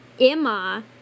Emma